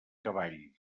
cavall